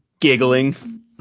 giggling